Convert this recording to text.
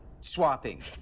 swapping